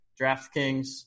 DraftKings